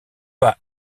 pas